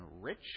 rich